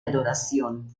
adoración